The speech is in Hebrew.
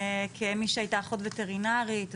כמי שהיתה אחות וטרינרית,